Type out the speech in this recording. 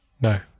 No